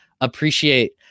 appreciate